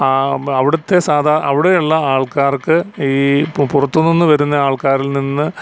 ആ അവിടുത്തെ സാദാ അവിടെയുള്ള ആൾക്കാർക്ക് ഈ പുറത്തു നിന്നു വരുന്ന ആൾക്കാരിൽ നിന്ന്